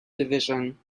division